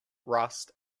rust